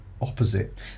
opposite